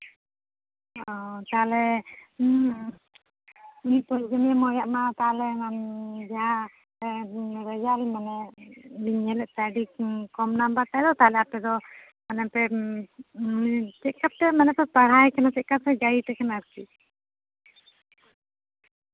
ᱚ ᱛᱟᱦᱞᱮ ᱱᱤᱛᱚᱜ ᱤᱧᱨᱮᱱ ᱢᱟᱹᱭᱟᱜ ᱢᱟ ᱡᱟ ᱨᱮᱡᱟᱞᱴ ᱢᱟᱱᱮ ᱞᱤᱧ ᱧᱮᱞᱮᱫ ᱛᱟᱭ ᱟᱹᱰᱤ ᱠᱚᱢ ᱱᱟᱢᱵᱟᱨ ᱛᱟᱭ ᱫᱚ ᱛᱟᱦᱞᱮ ᱟᱯᱮ ᱫᱚ ᱢᱟᱱᱮ ᱯᱮ ᱪᱮᱫ ᱠᱟ ᱯᱮ ᱢᱟᱱᱮ ᱯᱮ ᱯᱟᱲᱦᱟᱣᱮ ᱠᱟᱱᱟ ᱪᱮᱫᱠᱟ ᱢᱟᱱᱮ ᱯᱮ ᱜᱟᱭᱤᱰᱮ ᱠᱟᱱᱟ ᱟᱨᱠᱤ